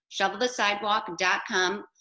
shovelthesidewalk.com